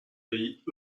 pays